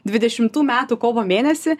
dvidešimtų metų kovo mėnesį